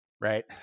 right